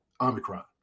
Omicron